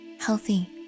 healthy